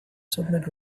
submit